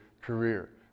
career